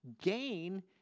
gain